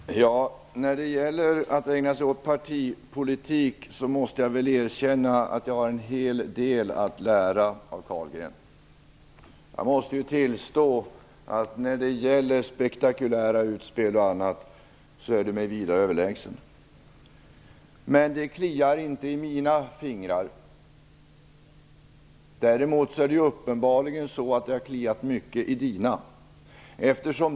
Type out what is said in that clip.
Herr talman! När det gäller att ägna sig åt partipolitik måste jag väl erkänna att jag har en hel del att lära av Andreas Carlgren. Jag måste ju tillstå att när det gäller spektakulära utspel m.m. är Andreas Carlgren mig vida överlägsen. Det kliar faktiskt inte i mina fingrar. Däremot har det uppenbarligen kliat mycket i Andreas Carlgrens fingrar.